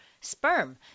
sperm